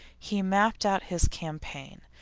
he mapped out his campaign.